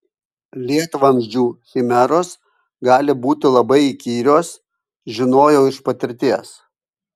lietvamzdžių chimeros gali būti labai įkyrios žinojau iš patirties